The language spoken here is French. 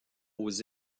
aux